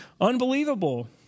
unbelievable